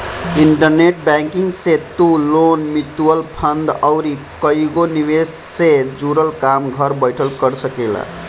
internet banking से तू loan, mutual fund अउरी कईगो निवेश से जुड़ल काम घर बैठल कर सकेला